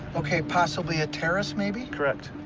okay. possibly a terrace, maybe? correct.